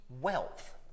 wealth